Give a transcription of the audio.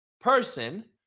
person